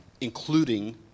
including